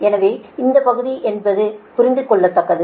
எனவே இந்தப் பகுதி என்பது புரிந்துகொள்ளத்தக்கது